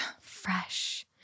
fresh